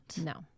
No